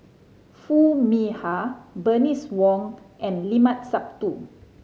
Foo Mee Har Bernice Wong and Limat Sabtu